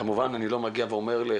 כמובן שאני לא אומר לאחד